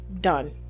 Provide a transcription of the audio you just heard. done